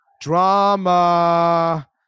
drama